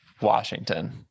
Washington